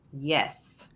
Yes